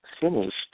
finished